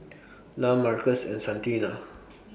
Lum Marcos and Santina